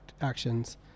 actions